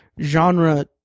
genre